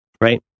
right